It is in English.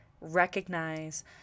recognize